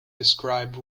describe